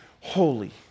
holy